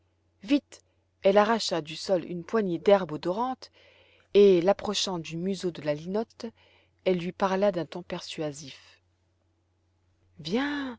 vite elle arracha du sol une poignée d'herbe odorante et l'approchant du museau de la linotte elle lui parla d'un ton persuasif viens